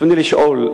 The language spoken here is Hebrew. ברצוני לשאול: